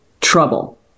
trouble